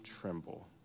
tremble